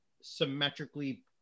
symmetrically